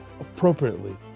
appropriately